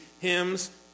hymns